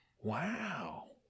Wow